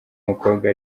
umukobwa